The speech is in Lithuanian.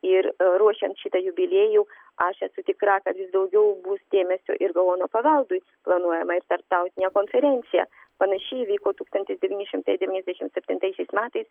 ir ruošiant šitą jubiliejų aš esu tikra kad vis daugiau bus dėmesio ir gaono paveldui planuojama ir tarptautinė konferencija panašiai vyko tūkstantis devyni šimtai devyniasdešimt septintaisiais metais